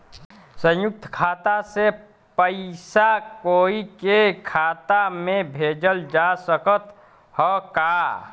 संयुक्त खाता से पयिसा कोई के खाता में भेजल जा सकत ह का?